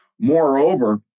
Moreover